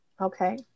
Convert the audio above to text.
okay